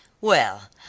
Well